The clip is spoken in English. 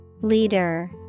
Leader